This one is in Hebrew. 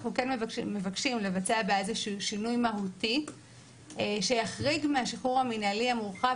אנחנו מבקשים לבצע בה שינוי מהותי שיחריג מהשחרור המינהלי המורחב